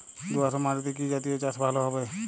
দোয়াশ মাটিতে কি জাতীয় চাষ ভালো হবে?